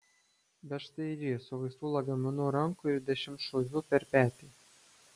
bet štai ir ji su vaistų lagaminu rankoj ir dešimtšūviu per petį